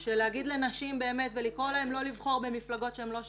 של להגיד לנשים ולקרוא להן לא לבחור במפלגות שהן לא שוויוניות.